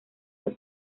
los